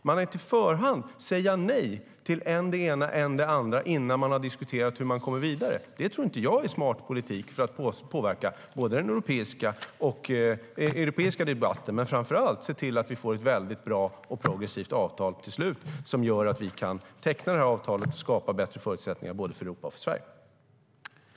Men att på förhand säga nej till än det ena än det andra innan man har diskuterat hur man kommer vidare är inte smart politik om vi vill påverka den europeiska debatten och se till att vi i slutändan kan teckna ett bra och progressivt avtal som skapar bättre förutsättningar för Europa och Sverige.